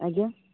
ଆଜ୍ଞା